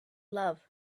love